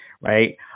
right